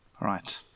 right